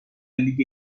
لیگ